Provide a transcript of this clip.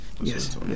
yes